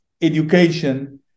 education